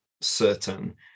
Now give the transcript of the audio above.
certain